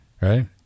right